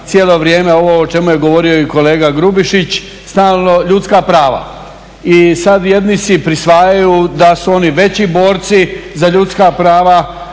cijelo vrijeme ovo o čemu je govorio i kolega Grubišić, stalno ljudska prava. I sada jedni si prisvajaju da su oni veći borci za ljudska prava